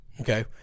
Okay